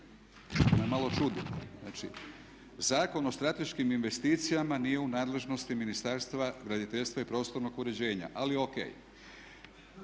me malo čudi. Znači, Zakon o strateškim investicijama nije u nadležnosti Ministarstva graditeljstva i prostornog uređenja, ali o.k.